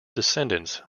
descendants